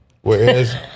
Whereas